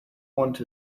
want